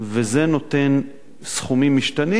וזה נותן סכומים משתנים,